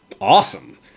awesome